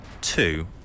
two